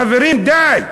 חברים, די.